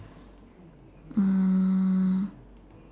uh